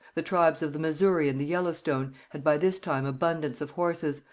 the tribes of the missouri and the yellowstone had by this time abundance of horses,